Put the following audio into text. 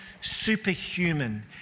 superhuman